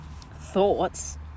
thoughts